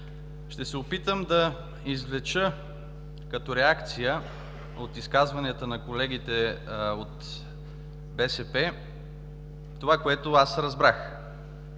Ще се опитам да извлека като реакция от изказванията на колегите от БСП това, което аз разбрах.